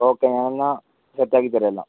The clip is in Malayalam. ഓക്കേ ഞാനിന്നാണ് സെറ്റാക്കിത്തരാം എല്ലാം